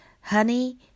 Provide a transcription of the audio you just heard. honey